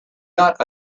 not